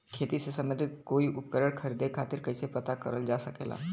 खेती से सम्बन्धित कोई उपकरण खरीदे खातीर कइसे पता करल जा सकेला?